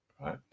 right